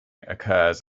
occurs